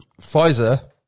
Pfizer